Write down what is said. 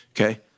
okay